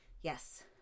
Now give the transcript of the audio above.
Yes